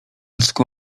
dziecku